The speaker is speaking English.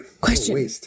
Question